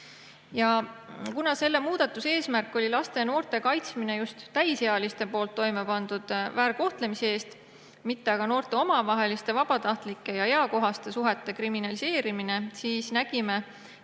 Kuna selle muudatuse eesmärk oli laste ja noorte kaitsmine just täisealiste poolt toime pandava väärkohtlemise eest, mitte aga noorte omavaheliste vabatahtlike ja eakohaste suhete kriminaliseerimine, siis nägime